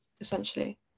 essentially